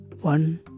one